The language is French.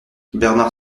bernard